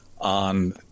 on